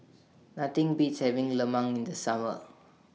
Nothing Beats having Lemang in The Summer